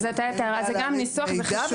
אז הייתה הערה, זה גם ניסוח וזה חשוב.